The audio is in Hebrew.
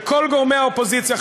וכל גורמי האופוזיציה,